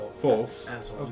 false